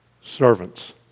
Servants